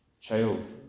child